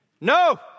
No